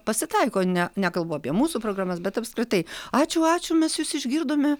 pasitaiko ne nekalbu apie mūsų programas bet apskritai ačiū ačiū mes jus išgirdome